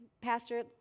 pastor